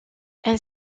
elle